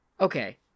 Okay